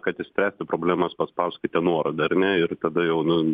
kad išspręsti problemas paspauskite nuorodą ar ne ir tada jau nu